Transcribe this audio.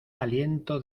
aliento